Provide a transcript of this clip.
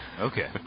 Okay